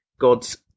God's